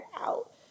out